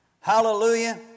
Hallelujah